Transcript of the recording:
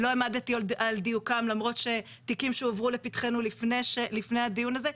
לא עמדתי על דיוקם למרות שתיקים שהועברו לפתחינו לפני הדיון הזה,